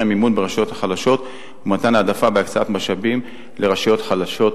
מימון ברשויות החלשות ומתן העדפה בהקצאת משאבים לרשויות חלשות,